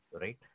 right